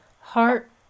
Heart